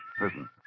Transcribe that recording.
Listen